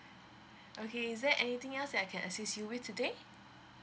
okay is there anything else that I can assist you with today